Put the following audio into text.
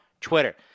Twitter